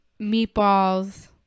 meatballs